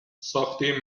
ساخته